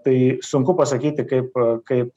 tai sunku pasakyti kaip kaip